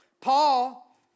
Paul